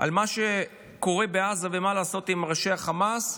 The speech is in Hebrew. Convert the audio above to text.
על מה שקורה בעזה ומה לעשות עם ראשי החמאס,